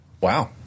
Wow